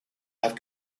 have